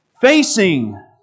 facing